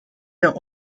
der